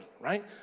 right